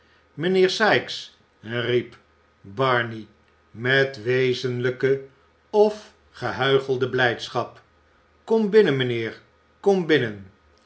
mijnheer sikes riep barney met wezenlijke of gehuichelde blijdschap kom binnen mijnheer kom binnen